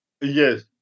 Yes